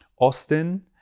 Austin